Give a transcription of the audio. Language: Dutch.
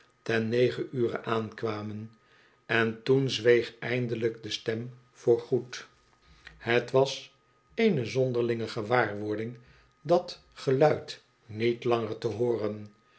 ten negen ure aankwamen en toen zweeg eindelijk de stem voorgoed het was eene zonderlinge gewaarwording dat geluid niet langer te hooren